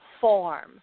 form